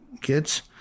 kids